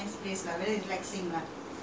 (uh huh) that [one] was nice